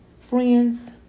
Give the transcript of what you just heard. Friends